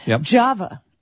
Java